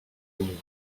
čemu